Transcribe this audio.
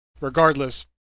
Regardless